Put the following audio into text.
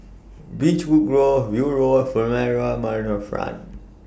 Beechwood Grove View Road Furama Riverfront